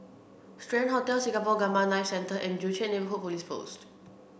Strand Hotel Singapore Gamma Knife Centre and Joo Chiat Neighbourhood Police Post